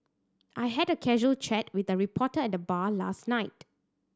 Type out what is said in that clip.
I had a casual chat with a reporter at the bar last night